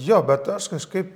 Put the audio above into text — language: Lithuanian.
jo bet aš kažkaip